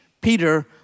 Peter